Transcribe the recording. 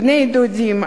בני-דודים,